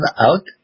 out